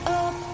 up